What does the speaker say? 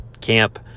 camp